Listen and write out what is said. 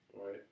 Right